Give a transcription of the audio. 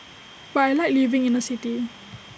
but I Like living in A city